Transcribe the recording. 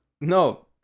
No